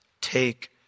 take